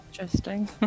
interesting